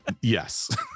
Yes